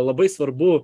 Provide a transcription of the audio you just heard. labai svarbu